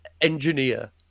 engineer